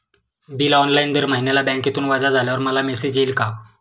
Bill online दर महिन्याला बँकेतून वजा झाल्यावर मला मेसेज येईल का?